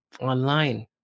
online